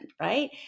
right